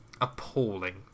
Appalling